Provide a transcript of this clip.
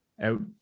out